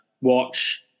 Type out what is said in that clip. watch